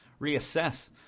reassess